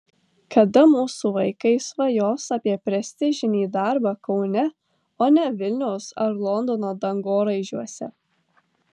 kada mūsų vaikai svajos apie prestižinį darbą kaune o ne vilniaus ar londono dangoraižiuose